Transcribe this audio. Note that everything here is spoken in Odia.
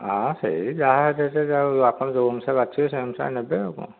ହଁ ସେହି ଯାହା ଆପଣ ଯେଉଁ ଅନୁସାରେ ବାଛିବେ ସେହି ଅନୁସାରେ ନେବେ ଆଉ କ'ଣ